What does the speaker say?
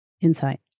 insight